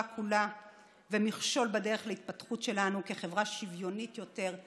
כולה ומכשול בדרך להתפתחות שלנו כחברה שוויונית יותר,